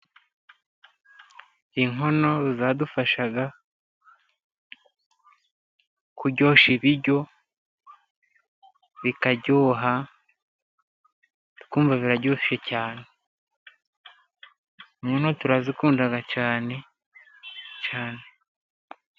Inkono zadufashaga kuryoshya ibiryo, bikaryoha, tukumva biraryoshye cyane. Inkono turazikunda cyane.